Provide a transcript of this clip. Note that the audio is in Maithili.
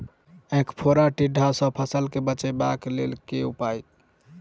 ऐंख फोड़ा टिड्डा सँ फसल केँ बचेबाक लेल केँ उपाय?